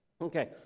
Okay